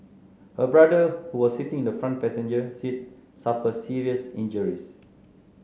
her brother who was sitting in the front passenger seat suffered serious injuries